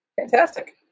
fantastic